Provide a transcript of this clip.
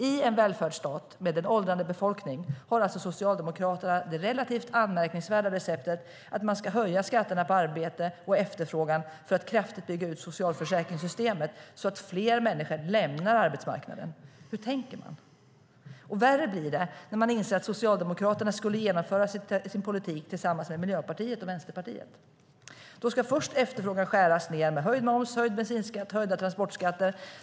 I en välfärdsstat med en åldrande befolkning har Socialdemokraterna det relativt anmärkningsvärda receptet att de ska höja skatterna på arbete och efterfrågan för att kraftigt bygga ut socialförsäkringssystemet så att fler människor lämnar arbetsmarknaden. Hur tänker de? Värre blir det när man inser att Socialdemokraterna skulle genomföra sin politik tillsammans med Miljöpartiet och Vänsterpartiet. Då ska först efterfrågan skäras ned med höjd moms, höjd bensinskatt och höjda transportskatter.